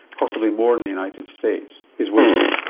possibly more in the united states, is wasted.